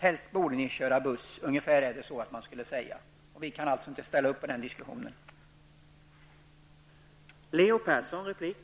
Helst borde ni köra buss -- ungefär så är det man säger. Vi kan inte ställa upp på det resonemanget.